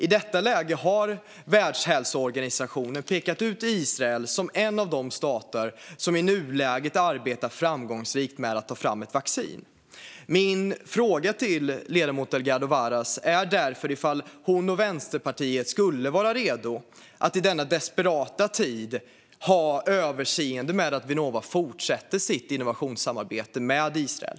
I detta läge har Världshälsoorganisationen pekat ut Israel som en av de stater som i nuläget arbetar framgångsrikt med att ta fram ett vaccin. Min fråga till ledamoten Delgado Varas är därför om hon och Vänsterpartiet skulle vara redo att i denna desperata tid ha överseende med att Vinnova fortsätter sitt innovationssamarbete med Israel.